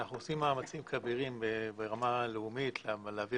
אנחנו עושים מאמצים כבירים ברמה לאומית להעביר